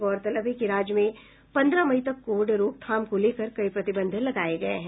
गौरतलब है कि राज्य में पंद्रह मई तक कोविड रोकथाम को लेकर कई प्रतिबंध लगाये गये हैं